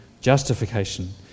justification